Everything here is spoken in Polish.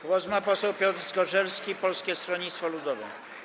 Głos ma poseł Piotr Zgorzelski, Polskie Stronnictwo Ludowe.